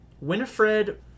Winifred